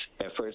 efforts